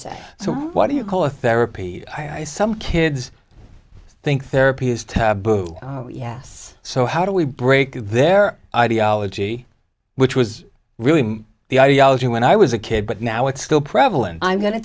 so what do you call a therapy i some kids think therapy is taboo yes so how do we break their ideology which was really the ideology when i was a kid but now it's still prevalent i'm go